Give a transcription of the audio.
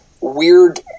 weird –